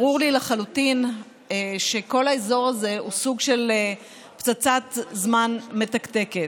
ברור לי לחלוטין שכל האזור הזה הוא סוג של פצצת זמן מתקתקת.